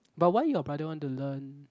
but why your brother want to learn